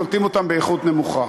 קולטים אותם באיכות נמוכה.